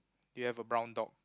you have a brown dog